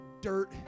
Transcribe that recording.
dirt